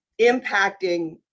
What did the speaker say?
impacting